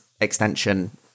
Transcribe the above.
extension